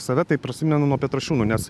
save tai prisimenu nuo petrašiūnų nes